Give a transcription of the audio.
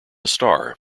star